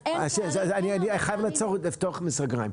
אז אני חייב לעצור ולפתוח סוגריים.